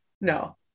No